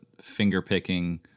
finger-picking